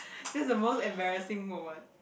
that's the most embarrassing moment